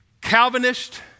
Calvinist